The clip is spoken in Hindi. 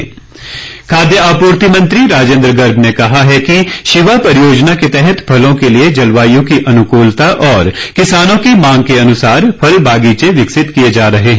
राजेन्द्र गर्ग खाद्य आपूर्ति मंत्री राजेन्द्र गर्ग ने कहा है कि शिवा परियोजना के तहत फलों के लिए जलवाय् की अनुकूलता और किसानों की मांग के अनुसार फल बागीचे विकसित किए जा रहे हैं